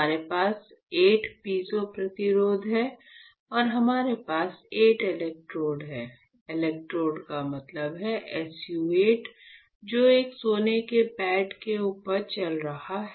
हमारे पास 8 पीजो प्रतिरोधक हैं और हमारे पास 8 इलेक्ट्रोड है इलेक्ट्रोड का मतलब है SU 8 जो एक सोने के पैड के ऊपर चल रहा है